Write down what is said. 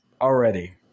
already